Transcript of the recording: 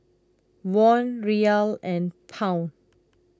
Won Riyal and Pound